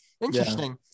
interesting